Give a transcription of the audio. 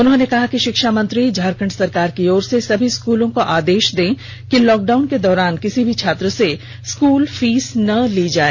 उन्होंने कहा है कि षिक्षा मंत्री झारखंड सरकार की ओर से सभी स्कूलों को आदेष दें कि लॉकडाउन के दौरान किसी भी छात्र से स्कूल फीस नहीं ली जाय